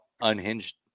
unhinged